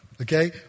Okay